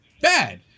bad